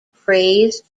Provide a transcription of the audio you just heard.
praise